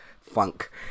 funk